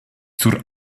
zur